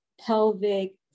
pelvic